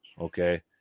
okay